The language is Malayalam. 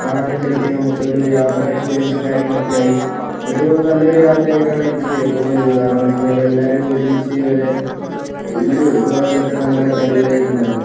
കാണാനും പറ്റി നമുക്ക് ഒരു യാത്ര എക്സ്പീരിയൻസും കാര്യങ്ങളൊക്കെയായി അതൊരു നല്ലൊരു യാത്രയായിട്ടാണ് എനിക്ക് തോന്നിയത് കാരണമെന്ന് വച്ച് കഴിഞ്ഞാല് എല്ലാവരും ഒരുമിച്ച് ഒര് ഇത് പോയത് ഒക്കെ നല്ല അടിപൊളി ആയിട്ടുണ്ടായിരുന്നു